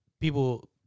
people